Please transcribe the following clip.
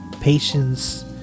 patience